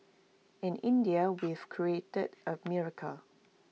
in India we've created A miracle